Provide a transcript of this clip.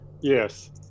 Yes